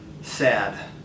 sad